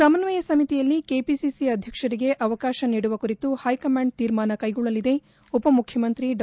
ಸಮನ್ವಯ ಸಮಿತಿಯಲ್ಲಿ ಕೆಪಿಸಿಸಿ ಅಧ್ಯಕ್ಷರಿಗೆ ಅವಕಾಶ ನೀಡುವ ಕುರಿತು ಹೈಕಮಾಂಡ್ ತೀರ್ಮಾನ ಕೈಗೊಳ್ಳಲಿದೆ ಿ ಉಪಮುಖ್ಣಮಂತ್ರಿ ಡಾ